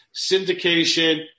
syndication